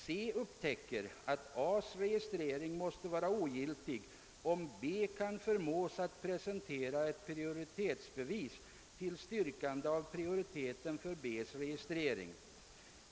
C upptäcker, att A's registrering måste vara ogiltig, om B kan förmås att presentera ett prioritetsbevis till styrkande av prioriteten för B's registrering.